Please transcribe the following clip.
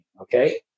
Okay